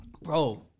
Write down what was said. bro